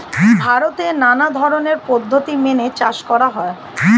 ভারতে নানা ধরনের পদ্ধতি মেনে চাষ করা হয়